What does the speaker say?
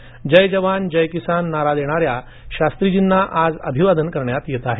जय जवान जय किसान नारा देणाऱ्या शास्त्रीजींना आज अभिवादन करण्यात येत आहे